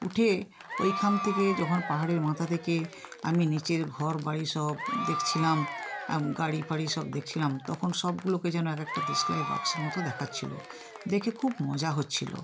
উঠে ওইখান থেকে যখন পাহাড়ের মাথা থেকে আমি নিচের ঘর বাড়ি সব দেখছিলাম গাড়ি ফাড়ি সব দেখছিলাম তখন সবগুলোকে যেন এক একটা দেশলাই বাক্সের মতো দেখাচ্ছিল দেখে খুব মজা হচ্ছিল